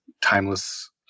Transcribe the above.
timeless